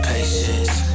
Patience